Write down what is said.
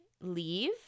leave